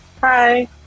Hi